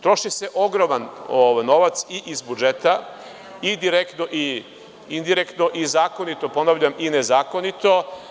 Troši se ogroman novac i iz budžeta, i direktno i indirektno i zakonito, ponavljam, i nezakonito.